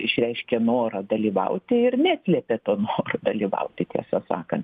išreiškė norą dalyvauti ir neslėpė noro dalyvauti tiesą sakant